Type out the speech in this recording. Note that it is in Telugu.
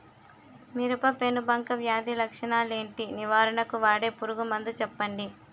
మిరప పెనుబంక వ్యాధి లక్షణాలు ఏంటి? నివారణకు వాడే పురుగు మందు చెప్పండీ?